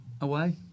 away